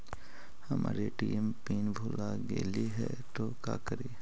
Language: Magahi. हमर ए.टी.एम पिन भूला गेली हे, तो का करि?